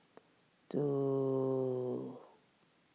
two